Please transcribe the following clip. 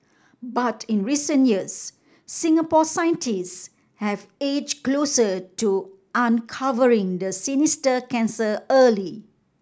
but in recent years Singapore scientists have edged closer to uncovering the sinister cancer early